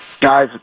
Guys